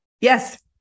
Yes